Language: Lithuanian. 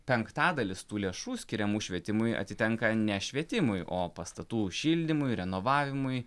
penktadalis tų lėšų skiriamų švietimui atitenka ne švietimui o pastatų šildymui renovavimui